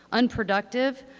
unproductive,